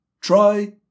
try